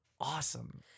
awesome